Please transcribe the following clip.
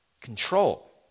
control